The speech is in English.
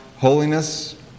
Holiness